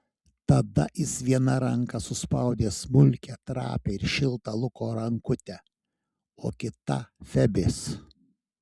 tada jis viena ranka suspaudė smulkią trapią ir šiltą luko rankutę o kita febės